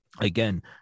Again